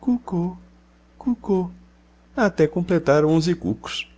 cuco cuco até completar onze cucos